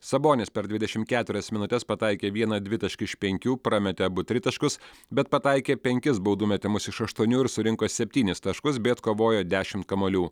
sabonis per dvidešimt keturias minutes pataikė vieną dvitaškį iš penkių prametė abu tritaškius bet pataikė penkis baudų metimus iš aštuonių ir surinko septynis taškus bei atkovojo dešimt kamuolių